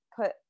put